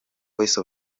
voice